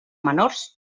menors